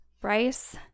Bryce